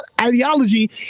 ideology